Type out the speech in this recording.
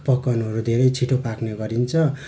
पकवानहरू धेरै छिटो पाक्ने गरिन्छ